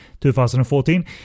2014